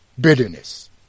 Bitterness